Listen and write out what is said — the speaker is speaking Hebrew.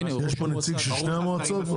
יש פה נציג של שתי המועצות?